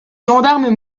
gendarmes